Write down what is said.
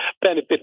benefit